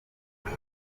maze